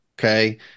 Okay